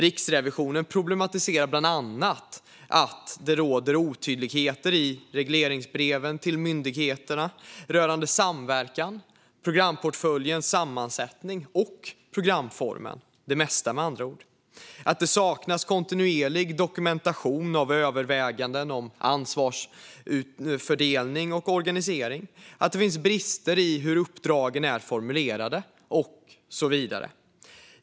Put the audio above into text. Riksrevisionen problematiserar bland annat att det råder otydligheter i regleringsbreven till myndigheterna rörande samverkan, programportföljens sammansättning och programformen - det mesta, med andra ord, att det saknas kontinuerlig dokumentation av överväganden om ansvarsfördelning och organisering och att det finns brister i hur uppdragen är formulerade och så vidare.